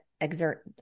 exert